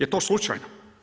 Jel' to slučajno?